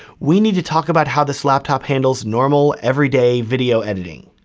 we need to talk about how this laptop handles normal everyday video editing.